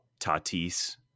Tatis